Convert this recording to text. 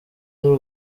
z’u